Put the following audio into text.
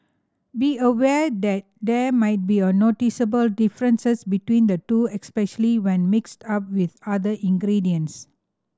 be aware that there might be a noticeable differences between the two especially when mixed up with other ingredients